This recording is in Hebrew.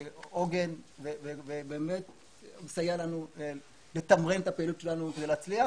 עוגן ומסייע לנו לתמרן את הפעילות שלנו כדי להצליח